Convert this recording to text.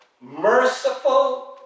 merciful